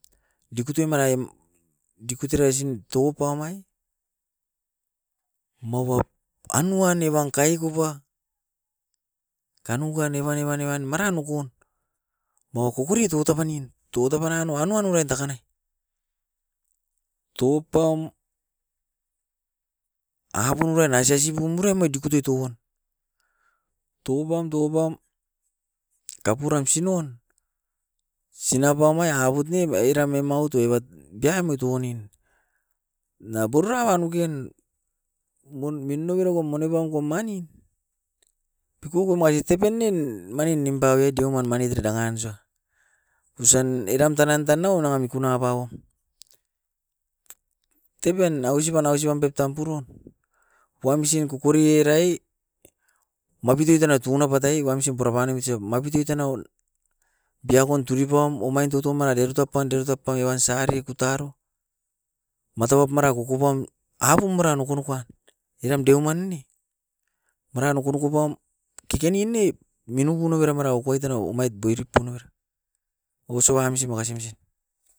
Dikutui manai, dikut erasin toupam ai maua anuan evan kaikuba kanuka evan, evan, evan maran nukun. Maua kokore toutap anin, toutap ananou ananua uruain takanai, toupam aburu urain aisia sibumera amai dikute tuan. Toupam, toupam kapuram sinua sinapam ai abut nem era memautu evat biamui tounin. Na boraun gen mun mino oira wan monepam kom mani pikoamai tepen nen manin nimpaoit deuman manit era dangan usa. Usan eram tan nan tanau era na mikuna baua, tepen ausipan, ausipan pep tam puroun, wamsin kokore erai mapitio tena tuna patai wamsin purapanomit se mapitui tana biakon turipam omain totoma diarut apan, diarut apan evan sare kutaro, mataup mara kukupam apum mara nokonoko wan, eram deuman ne. Maran nokonoko pam kekenin ne minuku nabera marau koit era omait boirip pun era. Osoa misin makasimsin.